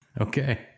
Okay